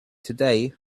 today